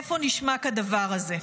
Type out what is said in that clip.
איפה נשמע כדבר הזה?